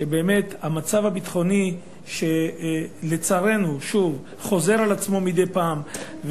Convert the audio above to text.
שהמצב הביטחוני שלצערנו חוזר על עצמו מדי פעם,